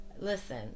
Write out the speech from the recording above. Listen